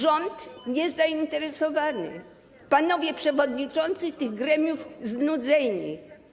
Rząd - niezainteresowany, panowie przewodniczący tych gremiów - znudzeni.